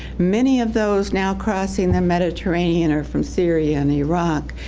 many of those now crossing the mediterranean are from syria, and iraq,